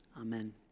Amen